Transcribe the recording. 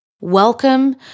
Welcome